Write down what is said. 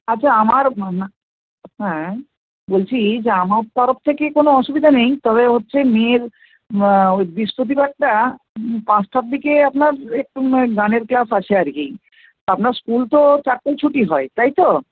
আচ্ছা আমার হ্যাঁ বলছি যে আমার তরফ থেকে কোনো অসুবিধা নেই তবে হচ্ছে মেয়ের ওই বৃহস্পতিবারটা পাঁচটার দিকে আপনার একটু মানে গানের ক্লাস আছে আর কি আপনার স্কুল তো চারটেয় ছুটি হয় তাই তো